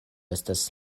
estas